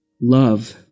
love